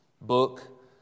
book